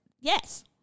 yes